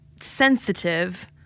sensitive